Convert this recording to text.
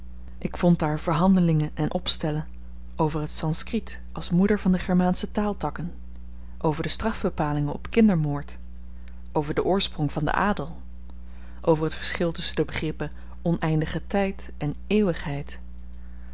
ik vond daar verhandelingen en opstellen over het sanskrit als moeder van de germaansche taaltakken over de strafbepalingen op kindermoord over den oorsprong van den adel over het verschil tusschen de begrippen oneindige tyd en eeuwigheid